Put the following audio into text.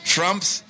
Trump's